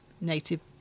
native